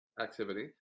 activity